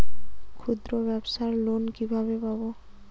ক্ষুদ্রব্যাবসার লোন কিভাবে পাব?